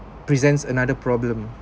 presents another problem